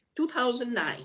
2009